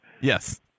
Yes